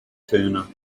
turner